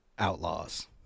Outlaws